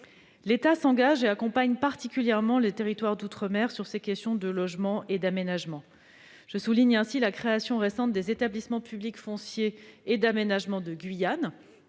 L'État s'engage et accompagne particulièrement les territoires d'outre-mer sur ces questions de logement et d'aménagement. Je souhaite souligner la création récente des établissements publics fonciers et d'aménagement de Guyane